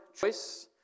choice